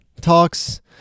talks